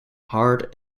hard